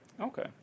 Okay